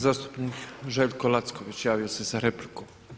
Zastupnik Željko Lacković javio se za repliku.